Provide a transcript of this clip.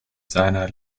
seiner